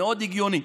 מאוד הגיוני.